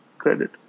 credit